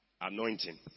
anointing